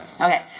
Okay